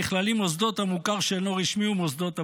נכללים מוסדות המוכר שאינו רשמי ומוסדות הפטור.